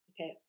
Okay